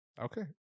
Okay